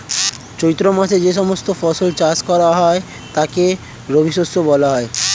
চৈত্র মাসে যে সমস্ত ফসল চাষ করা হয় তাকে রবিশস্য বলা হয়